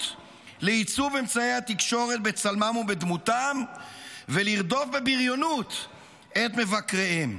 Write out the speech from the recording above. לעיצוב אמצעי התקשורת בצלמם ובדמותם ולרדוף בבריונות את מבקריהם.